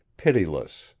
pitiless,